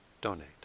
donate